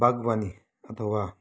बागवानी अथवा